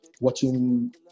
watching